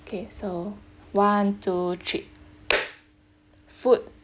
K so one two three food